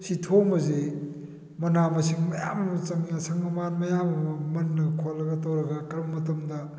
ꯁꯤ ꯊꯣꯡꯕꯁꯤ ꯃꯅꯥ ꯃꯁꯤꯡ ꯃꯌꯥꯝ ꯑꯃ ꯆꯪꯉꯦ ꯑꯁꯪ ꯑꯃꯥꯟ ꯃꯌꯥꯝ ꯑꯃ ꯃꯟꯗꯅ ꯈꯣꯠꯂꯒ ꯇꯧꯔꯒ ꯀꯔꯝꯕ ꯃꯇꯝꯗ